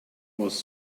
was